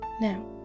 Now